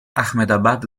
ahmedabad